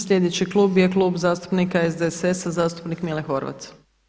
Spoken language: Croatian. Sljedeći klub je Klub zastupnika SDSS-a, zastupnik Mile Horvat.